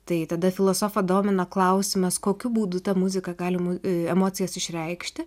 tai tada filosofą domina klausimas kokiu būdu ta muzika galima emocijas išreikšti